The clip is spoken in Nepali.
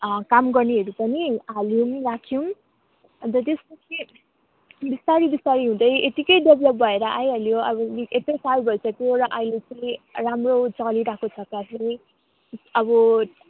काम गर्नेहरू पनि हाल्यौँ राख्यौँ अन्त त्यसपछि बिस्तारी बिस्तारी हुँदै यतिकै डेभलोप भएर आइहाल्यो अब यत्रो साल भइसक्यो र अहिले चाहिँ राम्रो चलिरहेको छ क्याफे अब